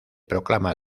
proclama